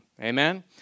Amen